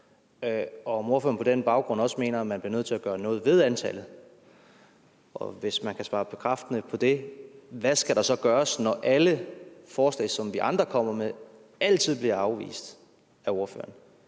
om ordføreren på den baggrund også mener, at man bliver nødt til at gøre noget ved antallet. Og hvis man kan svare bekræftende på det, hvad skal der så gøres, når alle forslag, som vi andre kommer med, altid bliver afvist af ordføreren?